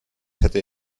hätte